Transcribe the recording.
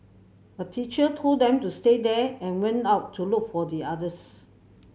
a teacher told them to stay there and went out to look for the others